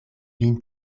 vin